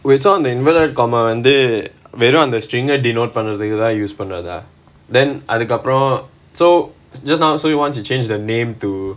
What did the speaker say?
wait so on the inverted comma they வந்து வெறும் அந்த:vanthu verum antha string denote பண்றதுக்கு தான்:pandrathukku thaan use பன்றாங்க:pandraanga then other the governor so just once you change the name to